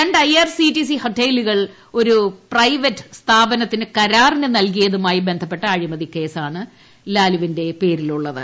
രണ്ട് I R C T C ഹോട്ടലുകൾ ഒരു പ്രൈവറ്റ് സ്ഥാപനത്തിന് കരാറിന് നൽകിയതുമായി ബന്ധപ്പെട്ട അഴിമതിക്കേസാണ് ലാലുവിന്റെ പേരിലുള്ളത്